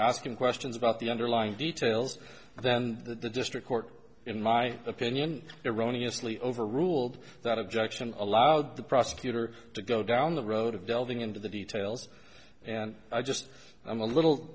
him questions about the underlying details and then the district court in my opinion eroni asli overruled that objection allowed the prosecutor to go down the road of delving into the details and i just i'm a little